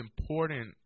important